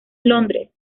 londres